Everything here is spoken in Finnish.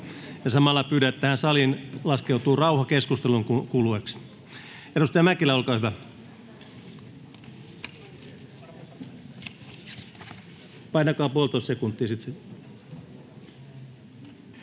samalla pyydän, että tähän saliin laskeutuu rauha keskustelun ajaksi. Edustaja Mäkelä, olkaa hyvä. [Puhuja aloittaa